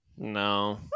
No